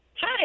hi